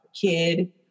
kid